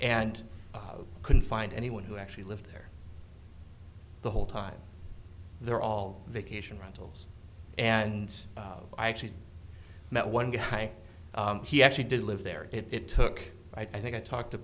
and couldn't find anyone who actually lived there the whole time they're all vacation rentals and i actually met one guy he actually did live there it took i think i talked to